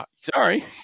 Sorry